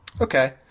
Okay